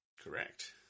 Correct